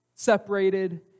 separated